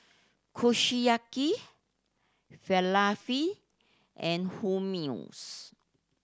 Kushiyaki Falafel and Hummus